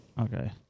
Okay